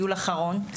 טיול אחרון,